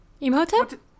Imhotep